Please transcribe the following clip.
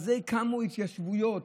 על זה קמו התיישבויות.